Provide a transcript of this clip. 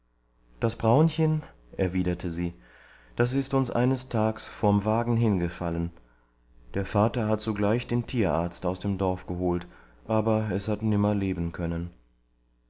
das braunchen erwiderte sie das ist uns eines tags vorm wagen hingefallen der vater hat sogleich den tierarzt aus dem dorf geholt aber es hat nimmer leben können